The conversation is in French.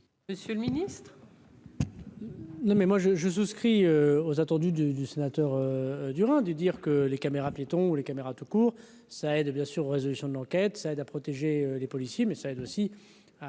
Monsieur le Ministre.